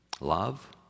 love